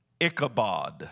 Ichabod